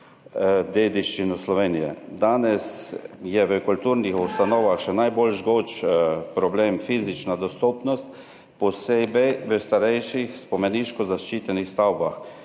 dediščino Slovenije. Danes je v kulturnih ustanovah še najbolj žgoč problem fizična dostopnost, posebej v starejših spomeniško zaščitenih stavbah.